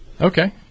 Okay